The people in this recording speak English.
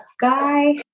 guy